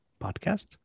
podcast